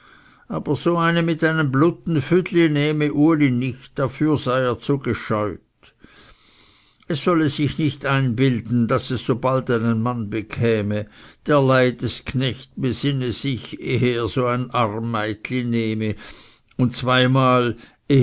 aber so eine mit einem blutten füdle nehme uli nicht dafür sei er zu gescheut es solle sich nicht einbilden daß es so bald einen mann bekäme der leidest knecht besinne sich ehe er so ein arm meitli nehme und zweimal